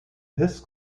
this